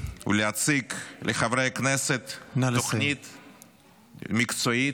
להכין ולהציג לחברי הכנסת תוכנית מקצועית,